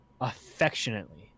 affectionately